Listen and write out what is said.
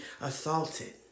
assaulted